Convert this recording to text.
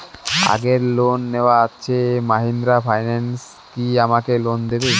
আগের লোন নেওয়া আছে মাহিন্দ্রা ফাইন্যান্স কি আমাকে লোন দেবে?